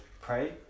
pray